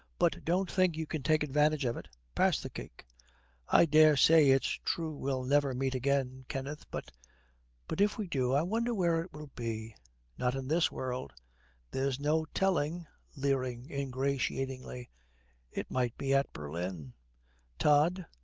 but don't think you can take advantage of it. pass the cake i daresay it's true we'll never meet again, kenneth, but but if we do, i wonder where it will be not in this world there's no telling' leering ingratiatingly it might be at berlin tod,